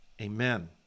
Amen